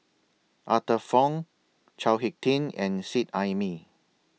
Arthur Fong Chao Hick Tin and Seet Ai Mee